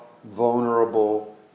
vulnerable